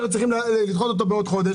שהיו צריכים לדחות אותו בעוד חודש,